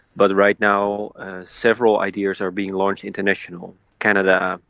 but right now several ideas are being launched internationally canada,